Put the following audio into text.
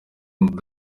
ukunda